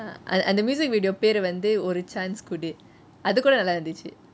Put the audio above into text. அந்த:antha music video பேரு வந்து ஒரு:peru vanthu oru chance குடு:kudu